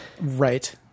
Right